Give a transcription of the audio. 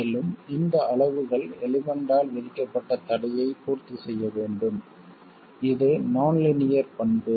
மேலும் இந்த அளவுகள் எலிமெண்ட் ஆல் விதிக்கப்பட்ட தடையை பூர்த்தி செய்ய வேண்டும் இது நான் லீனியர் பண்பு